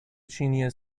چینی